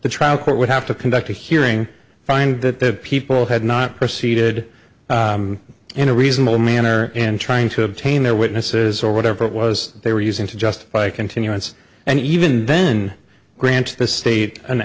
the trial court would have to conduct a hearing find that the people had not proceeded in a reasonable manner and trying to obtain their witnesses or whatever it was they were using to justify continuance and even then grant the state an